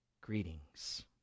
greetings